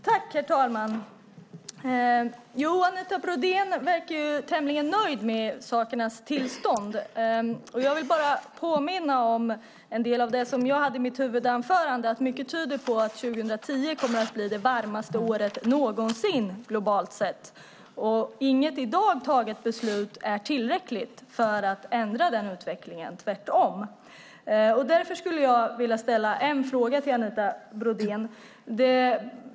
Herr talman! Anita Brodén verkar tämligen nöjd med sakernas tillstånd. Jag vill påminna om en del av det jag sade i mitt huvudanförande, nämligen att mycket tyder på att 2010 kommer att bli det varmaste året någonsin globalt sett. Inget beslut som tagits hittills är tillräckligt för att ändra den utvecklingen. Tvärtom. Därför vill jag ställa en fråga till Anita Brodén.